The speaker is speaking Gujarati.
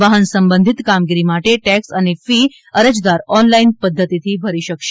વાહન સંબંધિત કામગીરી માટે ટેક્સ અને ફી અરજદાર ઓનલાઇન પધ્ધતિથી ભરી શકશે